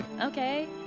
Okay